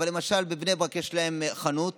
אבל למשל בבני ברק יש להם חנות